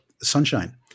sunshine